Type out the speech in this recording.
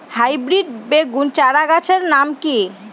Hybrid বেগুন চারাগাছের নাম কি?